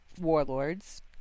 Warlords